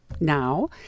now